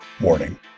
Warning